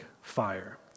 fire